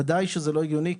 ודאי שזה לא הגיוני.